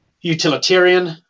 utilitarian